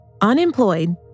unemployed